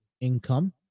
income